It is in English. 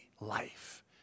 Life